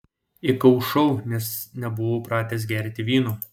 įkaušau nes nebuvau pratęs gerti vyno